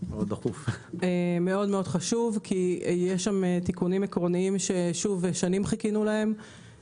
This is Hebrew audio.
זה חשוב כי יש שם תיקונים עקרוניים שחיכינו להם במשך שנים.